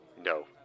No